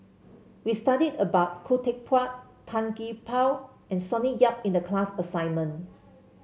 we studied about Khoo Teck Puat Tan Gee Paw and Sonny Yap in the class assignment